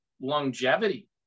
longevity